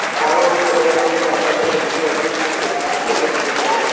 આ વખતે તો ગવર્મેન્ટે પાંચ વાગ્યા સુધીની પરમિસન આપી દેશે પાંચ વાગ્યા સુધી હશે